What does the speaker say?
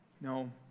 No